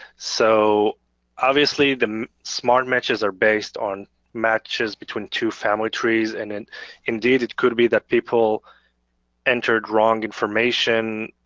so obviously the smart matches are based on matches between two family trees. and and indeed it could be that people entered wrong information,